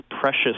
precious